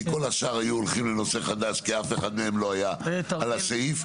כי כל השאר היו הולכים לנושא חדש כי אף אחת מהן לא היה על הסעיף.